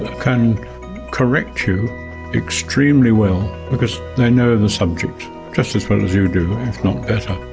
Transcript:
can correct you extremely well because they know the subject just as well as you do, if not better.